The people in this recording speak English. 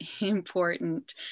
important